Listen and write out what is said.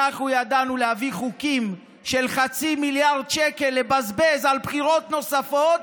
אנחנו ידענו להביא חוקים של לבזבז חצי מיליארד שקל על בחירות נוספות,